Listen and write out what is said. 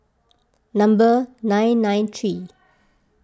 number nine nine three